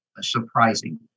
surprising